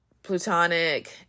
plutonic